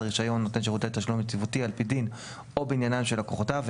רישיון נותן שירותי תשלום יציבותי על פי דין או בעניינם של לקוחותיו,